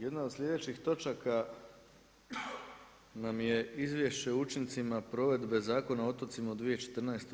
Jedna od sljedećih točaka nam je izvješće o učincima provedbe Zakona o otocima u 2014.